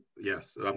yes